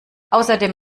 außerdem